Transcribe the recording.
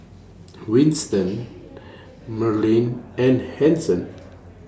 Winston Meryl and Hanson